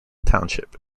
township